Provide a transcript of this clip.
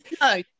no